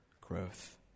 growth